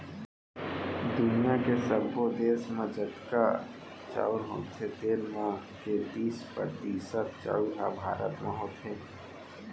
दुनियॉ के सब्बो देस म जतका चाँउर होथे तेन म के बीस परतिसत चाउर ह भारत म होथे